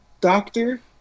doctor